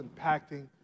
impacting